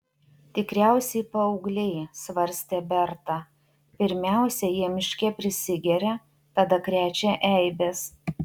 tikriausiai paaugliai svarstė berta pirmiausia jie miške prisigeria tada krečia eibes